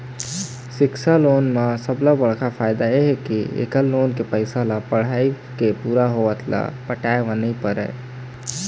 सिक्छा लोन म सबले बड़का फायदा ए हे के एखर लोन के पइसा ल पढ़ाई के पूरा होवत ले पटाए बर नइ परय